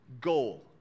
goal